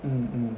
mm mm